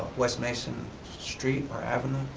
west mason street or avenue.